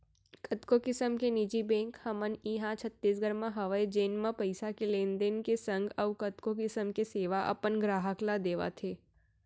कतको किसम के निजी बेंक हमन इहॉं छत्तीसगढ़ म हवय जेन म पइसा के लेन देन के संग अउ कतको किसम के सेवा अपन गराहक ल देवत हें